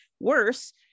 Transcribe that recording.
worse